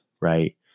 right